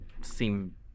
seem